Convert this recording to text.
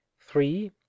Three